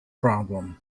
problem